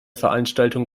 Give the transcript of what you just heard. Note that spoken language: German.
veranstaltung